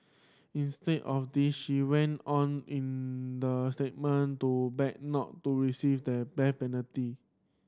instead of this she went on in the statement to beg not to receive the penalty